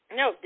no